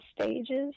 stages